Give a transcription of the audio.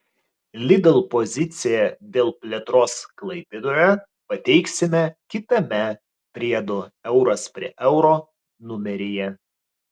lidl poziciją dėl plėtros klaipėdoje pateiksime kitame priedo euras prie euro numeryje